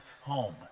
home